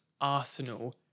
Arsenal